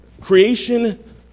creation